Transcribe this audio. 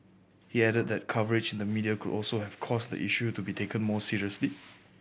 he added that coverage in the media could also have caused the issue to be taken more seriously